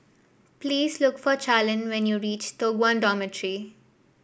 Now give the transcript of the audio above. please look for Charline when you reach Toh Guan Dormitory